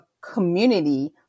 community